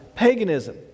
paganism